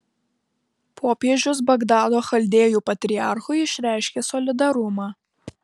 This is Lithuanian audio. popiežius bagdado chaldėjų patriarchui išreiškė solidarumą